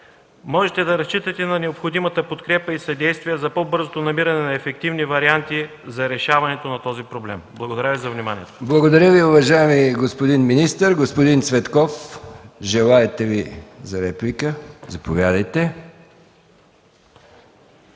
можете да разчитате на необходимата подкрепа и съдействие за по-бързото намиране на ефективни варианти за решаването на този проблем. Благодаря Ви за вниманието. ПРЕДСЕДАТЕЛ МИХАИЛ МИКОВ: Благодаря Ви, уважаеми господин министър. Господин Цветков, желаете ли реплика? Заповядайте.